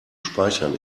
speichern